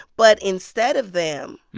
but instead of them.